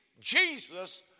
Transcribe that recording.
Jesus